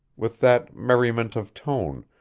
with that merriment of tone,